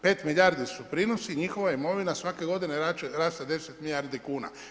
5 milijardi su prinosi i njihova imovina svake godine raste 10 milijardi kn.